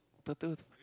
turtles